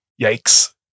Yikes